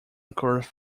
occurs